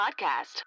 Podcast